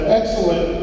excellent